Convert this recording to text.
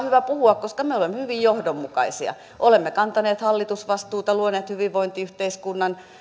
hyvä puhua koska me olemme hyvin johdonmukaisia olemme kantaneen hallitusvastuuta luoneet hyvinvointiyhteiskunnan